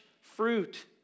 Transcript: fruit